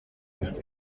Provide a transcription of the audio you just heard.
ist